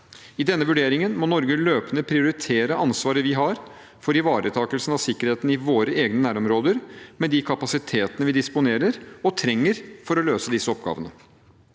I denne vurderingen må Norge løpende prioritere ansvaret vi har for ivaretakelse av sikkerheten i våre egne nærområder med de kapasitetene vi disponerer og trenger for å løse disse oppgavene.